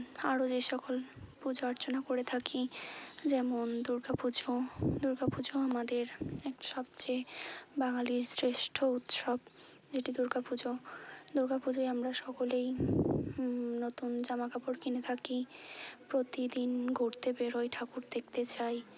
আরো যে সকল পূজা অর্চনা করে থাকি যেমন দুর্গা পুজো দুর্গা পুজো আমাদের এক সবচেয়ে বাঙালীর শ্রেষ্ঠ উৎসব যেটি দুর্গা পুজো দুর্গা পুজোয় আমরা সকলেই নতুন জামা কাপড় কিনে থাকি প্রতিদিন ঘুরতে বেরোই ঠাকুর দেখতে যাই